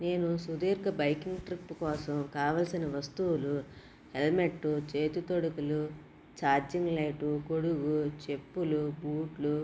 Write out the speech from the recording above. నేను సుదీర్ఘ biking trip కోసం కావాల్సిన వస్తువులు హెల్మెట్ చేతి తొడుగులు ఛార్జింగ్ లైట్ గొడుగు చెప్పులు బూట్లు